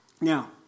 Now